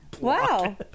wow